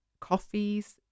coffees